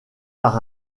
par